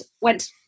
went